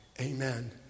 Amen